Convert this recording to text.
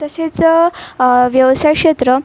तसेच व्यवसाय क्षेत्र